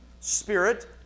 Spirit